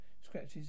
scratches